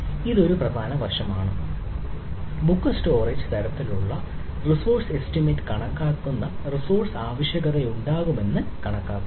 ഇത് ഒരു പ്രധാന വശമാണ് ബുക്കർ ബ്രോക്കറേജ് കണക്കാക്കുന്ന തരത്തിലുള്ള റിസോഴ്സ് ആവശ്യകതയുണ്ടാകുമെന്ന് കണക്കാക്കുന്നു